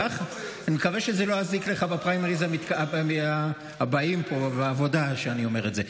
אני מקווה שזה לא יזיק לך בפריימריז הבאים בעבודה שאני אומר את זה.